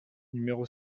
numéro